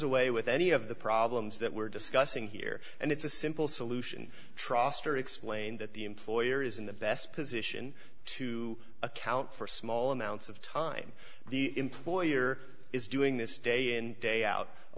away with any of the problems that we're discussing here and it's a simple solution trost or explain that the employer is in the best position to account for small amounts of time the employer is doing this day in day out a